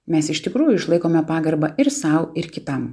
mes iš tikrųjų išlaikome pagarbą ir sau ir kitam